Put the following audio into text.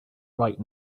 right